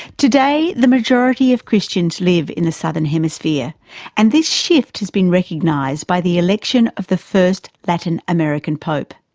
today the majority of christians live in the southern hemisphere and this shift has been recognised by the election of the first latin american pope.